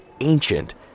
ancient